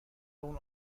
اون